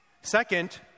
Second